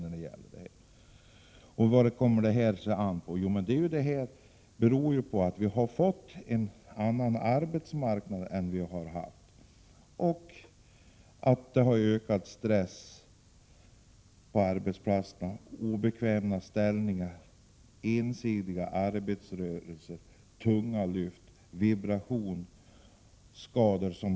Hur kommer det då sig att antalet arbetsskadeärenden har ökat så kraftigt? Jo, vi har fått en annan arbetsmarknad än tidigare med ökad stress på arbetsplatserna, obekväma ställningar, ensidiga arbetsrörelser och tunga lyft samt vibration.